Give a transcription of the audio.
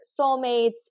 soulmates